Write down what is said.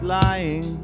lying